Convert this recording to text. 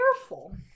careful